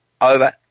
over